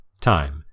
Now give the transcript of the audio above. time